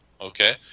Okay